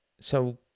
So